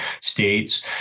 states